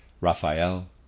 Raphael